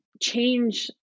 change